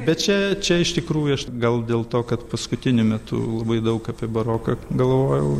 bet čia čia iš tikrųjų aš gal dėl to kad paskutiniu metu labai daug apie baroką galvojau